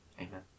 Amen